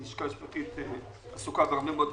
הלשכה המשפטית עסוקה בהרבה מאוד דברים,